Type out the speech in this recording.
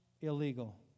illegal